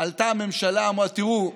עלתה הממשלה ואמרה: תראו,